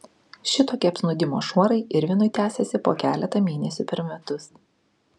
šitokie apsnūdimo šuorai irvinui tęsiasi po keletą mėnesių per metus